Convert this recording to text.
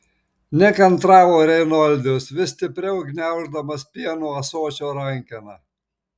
nekantravo reinoldijus vis stipriau gniauždamas pieno ąsočio rankeną